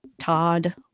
Todd